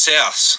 South